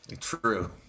True